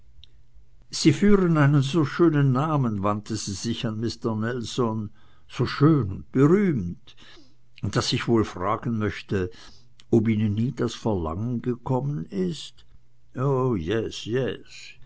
sie führen einen so schönen namen wandte sie sich an mister nelson so schön und berühmt daß ich wohl fragen möchte ob ihnen nie das verlangen gekommen ist o yes yes